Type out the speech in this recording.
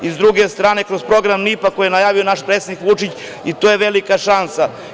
S druge strane, kroz program IPA, koji je najavio naš predsednik Vučić, to je velika šansa.